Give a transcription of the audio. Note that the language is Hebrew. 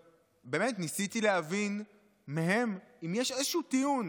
ניסיתי להבין מהם אם יש איזשהו טיעון